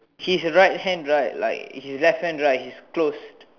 he's right hand right like his left hand right is closed